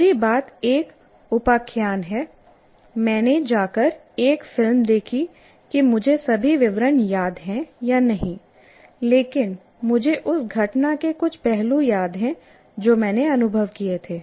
पूरी बात एक उपाख्यान है मैंने जाकर एक फिल्म देखी कि मुझे सभी विवरण याद हैं या नहीं लेकिन मुझे उस घटना के कुछ पहलू याद हैं जो मैंने अनुभव किए थे